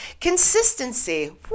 Consistency